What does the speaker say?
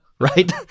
Right